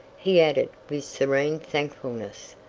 he added with serene thankfulness.